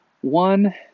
One